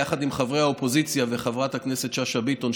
יחד עם חברי האופוזיציה וחברת הכנסת שאשא ביטון,